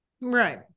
Right